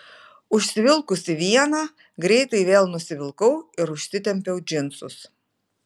užsivilkusi vieną greitai vėl nusivilkau ir užsitempiau džinsus